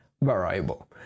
variable